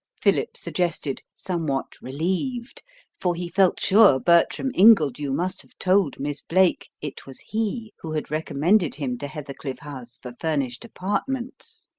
philip suggested, somewhat relieved for he felt sure bertram ingledew must have told miss blake it was he who had recommended him to heathercliff house for furnished apartments.